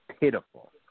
pitiful